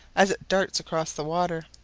as it darts across the water.